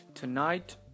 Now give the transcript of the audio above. Tonight